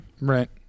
Right